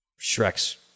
Shrek's